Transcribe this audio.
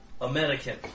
American